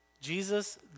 Jesus